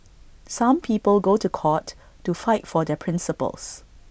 some people go to court to fight for their principles